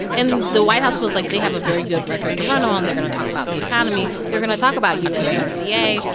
and the white house feels like they have a very good record to run on. they're going to talk about the economy, they're going to talk about usmca,